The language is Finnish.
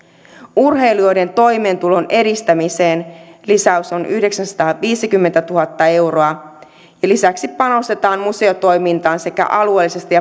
urheilijoiden toimeentulon edistämiseen lisäys on yhdeksänsataaviisikymmentätuhatta euroa ja lisäksi panostetaan museotoimintaan sekä alueellisesti